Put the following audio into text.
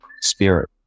spirit